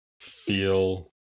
feel